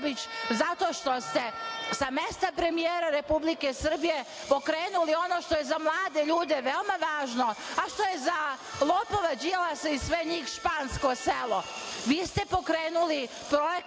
zato što ste sa mesta premijera Republike Srbije pokrenuli ono što je za mlade ljude veoma važno, a što je za lopova Đilasa i sve njih špansko selo. Vi ste pokrenuli projekat